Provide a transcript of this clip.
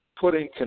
putting